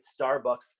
Starbucks